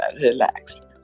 relaxed